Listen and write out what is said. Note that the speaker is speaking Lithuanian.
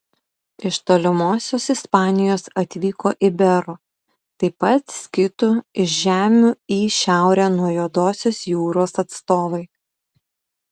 iš tolimosios ispanijos atvyko iberų taip pat skitų iš žemių į šiaurę nuo juodosios jūros atstovai